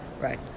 Right